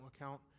account